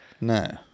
No